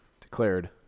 declared